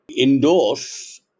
endorse